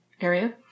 area